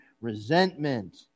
resentment